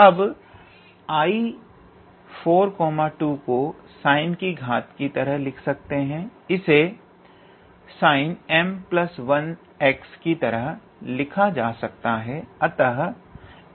अब I42 को sin की घात की तरह लिख सकते हैं इसे 𝑠𝑖𝑛m1𝑥 की तरह लिखा जा सकता है अतः m1 5 होगा